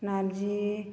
नारजि